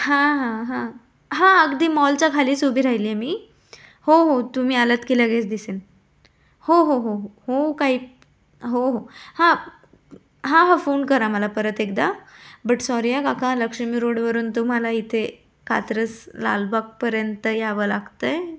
हां हां हां हां अगदी मॉलच्या खालीच उभी राहिली आहे मी हो हो तुम्ही आलात की लगेच दिसेन हो हो काही हो हो हां हां फोन करा मला परत एकदा बट सॉरी हं काका लक्ष्मी रोडवरून तुम्हाला इथे कात्रज लालबागपर्यंत यावं लागतं आहे